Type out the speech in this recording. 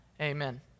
Amen